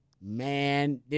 man